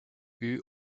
eut